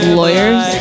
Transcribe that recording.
lawyers